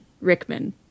Rickman